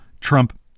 Trump